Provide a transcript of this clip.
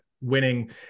winning